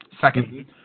Second